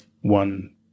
one